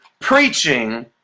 preaching